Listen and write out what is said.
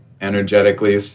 Energetically